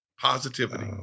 positivity